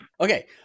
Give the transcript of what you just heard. Okay